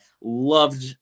loved